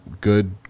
good